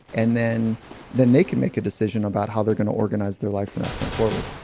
and then then they can make a decision about how they're gonna organize their life from that point forward.